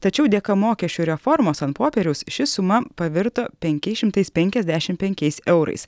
tačiau dėka mokesčių reformos ant popieriaus ši suma pavirto penkiais šimtais penkiasdešim penkiais eurais